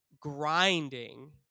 grinding